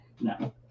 no